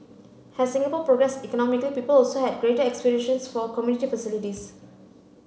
as Singapore progressed economically people also had greater aspirations for community facilities